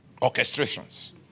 orchestrations